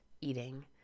eating